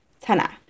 Tana